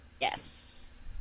Yes